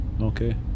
Okay